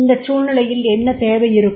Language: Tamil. இந்தச் சூழ்நிலையில் என்ன தேவை இருக்கும்